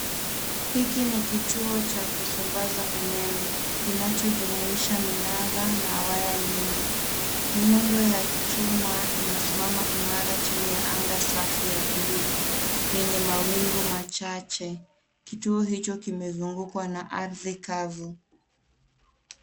Hiki ni kituo cha kusambaza umeme, kinachojumuisha minara na waya nyingi. Miundo ya chuma inasimama imara chini ya anga safi ya blue , yenye mawingu machache. Kituo hicho kimezungukwa na ardhi kavu.